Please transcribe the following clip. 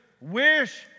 wish